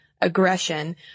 aggression